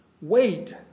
wait